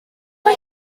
mae